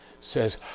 says